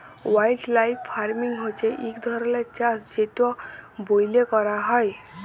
wildlife farming হছে ইক ধরলের চাষ যেট ব্যইলে ক্যরা হ্যয়